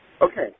Okay